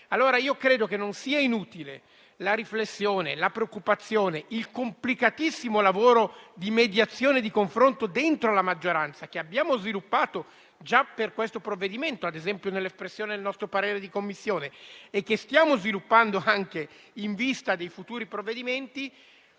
Credo pertanto che non siano inutili la riflessione, la preoccupazione e il complicatissimo lavoro di mediazione e di confronto all'interno della maggioranza, che abbiamo sviluppato già per questo provvedimento, ad esempio nell'espressione del parere da parte della 7a Commissione, e che stiamo sviluppando anche in vista di futuri provvedimenti.